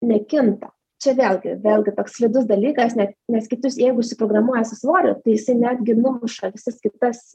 nekinta čia vėlgi vėlgi toks slidus dalykas net nes kitus jeigu užsiprogramuoja su svorio tai jisai netgi numuša visas kitas